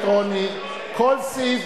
נסים זאב,